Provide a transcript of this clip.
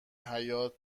حیاط